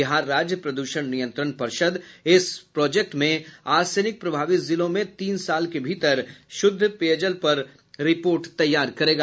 बिहार राज्य प्रदूषण नियंत्रण परिषद इस प्रोजेक्ट में आर्सेनिक प्रभावित जिलों में तीन साल के भीतर शुद्ध पेयजल पर रिपोर्ट तैयार करेगा